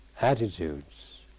attitudes